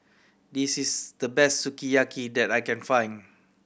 this is the best Sukiyaki that I can find